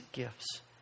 gifts